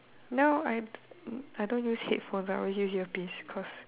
no I I don't use headphone I always use ear piece cause